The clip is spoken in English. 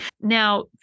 Now